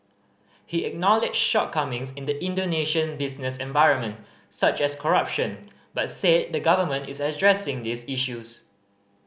he acknowledged shortcomings in the Indonesian business environment such as corruption but said the government is addressing these issues